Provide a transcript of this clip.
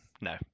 No